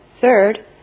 third